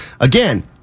Again